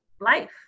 life